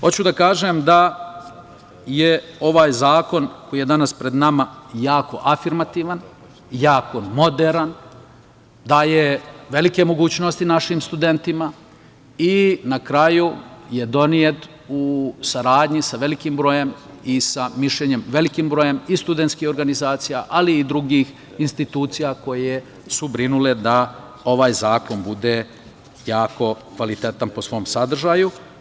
Hoću da kažem da je ovaj zakon koji je danas pred nama jako afirmativan, jako moderan, daje velike mogućnosti našim studentima i na kraju je donet u saradnji sa velikim brojem i sa mišljenjem velikog broja i studentskih organizacija, ali i drugih institucija koje su brinule da ovaj zakon bude jako kvalitetan po svom sadržaju.